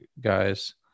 guys